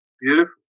beautiful